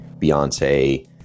Beyonce